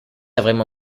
avremo